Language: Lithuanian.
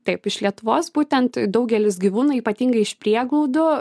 taip iš lietuvos būtent daugelis gyvūnų ypatingai iš prieglaudų